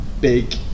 big